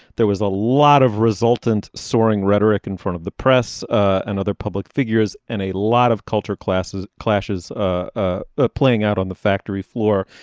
there was a lot of resultant soaring rhetoric in front of the press and other public figures and a lot of culture classes clashes ah ah playing out on the factory floor.